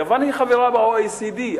יוון חברה ב-OECD,